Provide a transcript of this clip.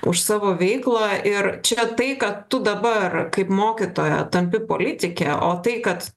už savo veiklą ir čia tai kad tu dabar kaip mokytoja tampi politike o tai kad